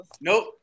Nope